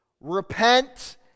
Repent